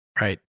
Right